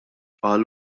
qal